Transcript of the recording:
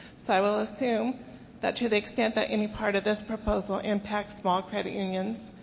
so i will assume that to the extent that any part of this proposal impacts small credit unions,